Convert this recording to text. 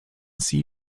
see